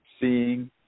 seeing